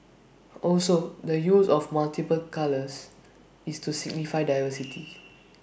also the use of multiple colours is to signify diversity